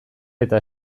eta